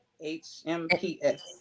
H-M-P-S